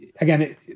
again